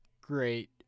Great